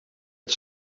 het